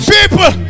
People